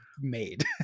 made